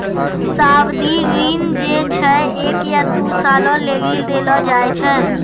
सावधि ऋण जे छै एक या दु सालो लेली देलो जाय छै